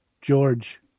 George